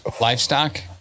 livestock